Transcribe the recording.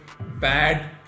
bad